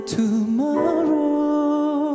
tomorrow